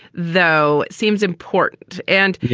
though, seems important. and, you